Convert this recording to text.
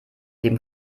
dem